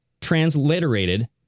transliterated